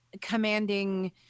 commanding